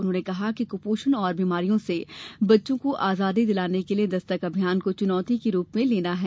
उन्होंने कहा कि कुपोषण और बीमारियों से बच्चों को आजादी दिलाने के लिये दस्तक अभियान को चुनौती के रूप में लेना है